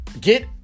get